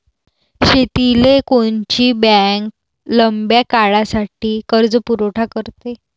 शेतीले कोनची बँक लंब्या काळासाठी कर्जपुरवठा करते?